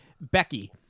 Becky